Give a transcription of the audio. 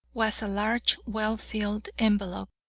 was a large, well-filled envelope,